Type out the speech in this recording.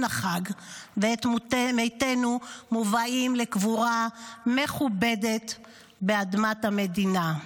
החג ואת מתינו מובאים לקבורה מכובדת באדמת המדינה.